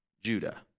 Judah